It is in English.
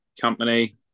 company